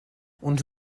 uns